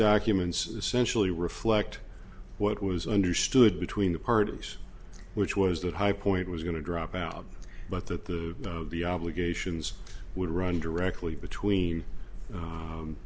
documents essentially reflect what was understood between the parties which was that high point was going to drop out but that the b obligations would run directly between u